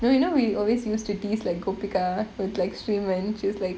no you know we always used to tease like gowica with like shirman she was like